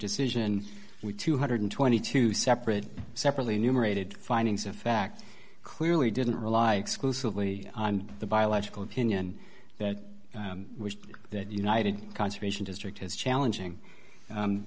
decision we two hundred and twenty two separate separately numerated findings of fact clearly didn't rely exclusively on the biological opinion that was that united conservation district is challenging